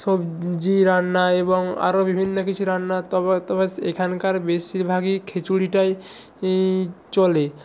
সবজি রান্না এবং আরও বিভিন্ন কিছু রান্না তবে এখানকার বেশিরভাগই খিচুড়িটাই এই চলে